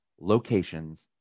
locations